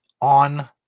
on